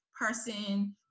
person